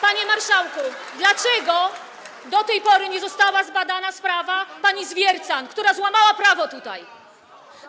Panie marszałku, dlaczego do tej pory nie została zbadana sprawa pani Zwiercan, która złamała tutaj prawo?